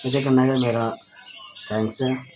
एह्दे कन्नै गै मेरा थैंक्स ऐ